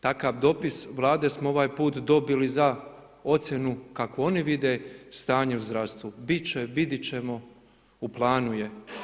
Takav dopis Vlade smo ovaj put dobili za ocjenu kakvu oni vide stanje u zdravstvu, bit će, vidit ćemo, u planu je.